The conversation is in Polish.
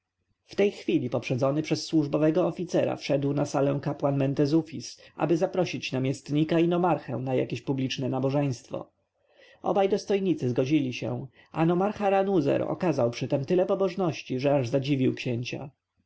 w tej chwili poprzedzony przez służbowego oficera wszedł na salę kapłan mentezufis aby zaprosić namiestnika i nomarchę na jakieś publiczne nabożeństwo obaj dostojnicy zgodzili się na zaprosiny a nomarcha ranuzer okazał przytem tyle pobożności że aż zadziwił księcia